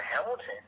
Hamilton